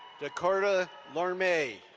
dakota larmay.